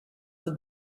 the